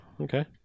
okay